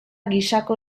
gisako